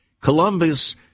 Columbus